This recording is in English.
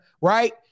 right